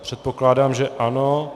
Předpokládám, že ano.